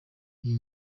iyi